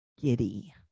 Giddy